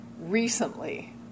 recently